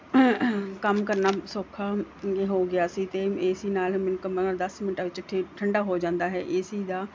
ਕੰਮ ਕਰਨਾ ਸੌਖਾ ਹੋ ਗਿਆ ਸੀ ਅਤੇ ਏ ਸੀ ਨਾਲ ਮੈਨੂੰ ਕਮਰਾ ਦਸ ਮਿੰਟਾਂ ਵਿੱਚ ਠੀਕ ਠੰਡਾ ਹੋ ਜਾਂਦਾ ਹੈ ਏ ਸੀ ਦਾ